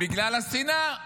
בגלל השנאה,